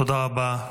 תודה רבה.